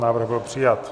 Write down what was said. Návrh byl přijat.